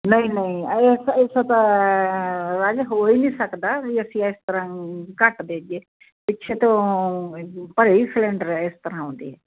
ਨਹੀਂ ਨਹੀਂ ਇਹ ਤਾਂ ਰਾਜੇ ਹੋ ਹੀ ਨਹੀਂ ਸਕਦਾ ਵੀ ਅਸੀਂ ਇਸ ਤਰ੍ਹਾਂ ਘੱਟ ਦੇਈਏ ਪਿੱਛੇ ਤੋਂ ਭਰੇ ਹੀ ਸਿਲਿੰਡਰ ਇਸ ਤਰ੍ਹਾਂ ਆਉਂਦੇ